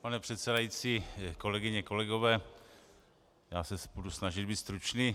Pane předsedající, kolegyně a kolegové, já se budu snažit být stručný.